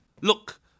Look